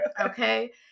Okay